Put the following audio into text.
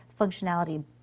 functionality